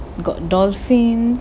got dolphins